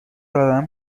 دارم